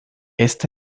esta